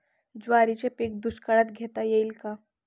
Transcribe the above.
ज्वारीचे पीक दुष्काळात घेता येईल का?